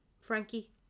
Frankie